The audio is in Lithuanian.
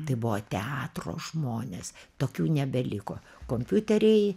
tai buvo teatro žmonės tokių nebeliko kompiuteriai